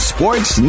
Sports